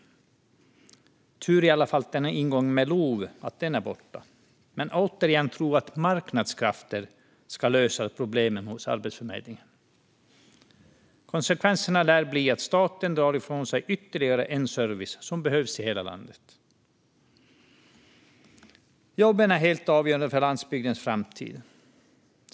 Det är i alla fall tur att ingången med LOV är borta. Men hur kan man än en gång tro att marknadskrafterna ska lösa Arbetsförmedlingens problem? Konsekvensen lär bli att staten drar sig bort från ytterligare en service som behövs i hela landet. Jobben är helt avgörande för landsbygdens framtid.